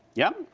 yep.